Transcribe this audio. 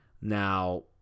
Now